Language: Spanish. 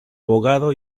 abogado